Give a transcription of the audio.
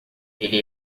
ele